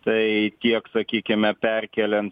tai tiek sakykime perkeliant